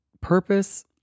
purpose